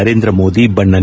ನರೇಂದ್ರ ಮೋದಿ ಬಣ್ಣನೆ